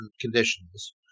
conditions